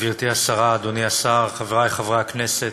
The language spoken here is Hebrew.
גברתי השרה, אדוני השר, חברי חברי הכנסת,